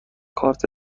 کارت